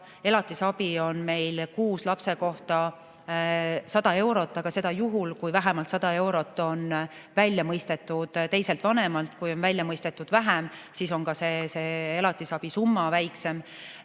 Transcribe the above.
Elatisabi on meil kuus lapse kohta 100 eurot, aga seda [ainult] juhul, kui vähemalt 100 eurot on väljamõistetud teiselt vanemalt. Kui on välja mõistetud vähem, siis on ka elatisabi summa väiksem.